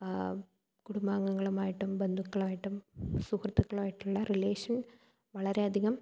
കുടുംബാഗങ്ങളുമായിട്ടും ബന്ധുക്കളായിട്ടും സുഹൃത്തുക്കളായിട്ടുള്ള റിലേഷൻ വളരെയധികം